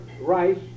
Rice